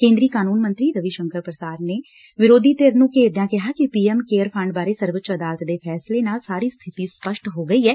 ਕੇਦਰੀ ਕਾਨੰਨ ਮੰਤਰੀ ਰਵੀ ਸ਼ੰਕਰ ਪੁਸਾਦ ਨੇ ਵਿਰੋਧੀ ਧਿਰ ਨੰ ਘੇਰਦਿਆਂ ਕਿਹਾ ਕਿ ਪੀ ਐਮ ਕੇਅਰ ਫੰਡ ਬਾਰੇ ਸਰਵਉੱਚ ਅਦਾਲਤ ਦੇ ਫੈਸਲੇ ਨਾਲ ਸਹੀ ਸਬਿਤੀ ਸਪਸ਼ਟ ਹੋ ਗਈ ਏ